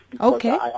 Okay